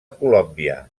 colòmbia